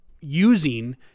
using